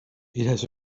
has